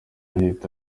ahita